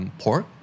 pork